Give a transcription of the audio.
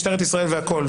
משטרת ישראל והכול,